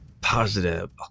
positive